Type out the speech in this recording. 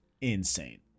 insane